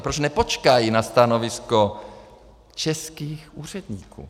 Proč nepočkají na stanovisko českých úředníků?